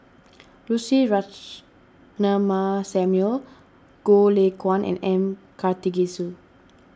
Lucy Ratnammah Samuel Goh Lay Kuan and M Karthigesu